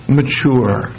mature